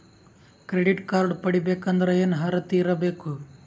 Credit card ಪಡಿಬೇಕಂದರ ಏನ ಅರ್ಹತಿ ಇರಬೇಕು?